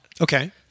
Okay